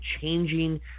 changing